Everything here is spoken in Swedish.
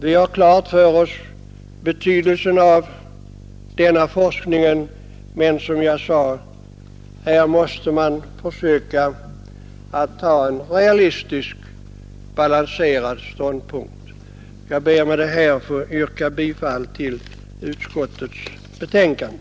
Vi har klart för oss vad denna forskning betyder, men jag upprepar att man måste försöka inta en realistisk, balanserad ståndpunkt. Jag ber med detta att få yrka bifall till utskottets hemställan.